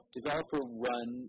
developer-run